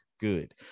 good